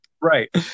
Right